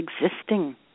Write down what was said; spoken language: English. existing